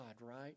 right